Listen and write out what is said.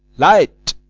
light!